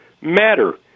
matter